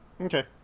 Okay